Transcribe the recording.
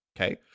Okay